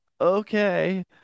okay